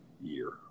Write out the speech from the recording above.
year